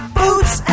boots